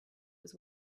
was